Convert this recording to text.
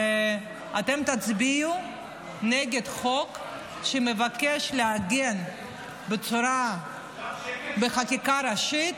אתם תצביעו נגד הצעת חוק שמבקשת לעגן בחקיקה ראשית,